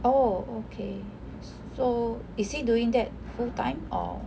oh okay so is he doing that full time or